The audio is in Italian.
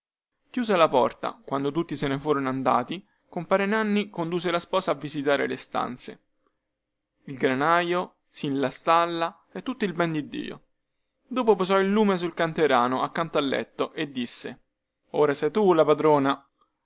chiusa la porta quando tutti se ne furono andati compare nanni condusse la sposa a visitare le stanze il granaio sin la stalla e tutto il ben di dio dopo posò il lume sul canterano accanto al letto e le disse ora tu sei la padrona